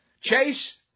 Chase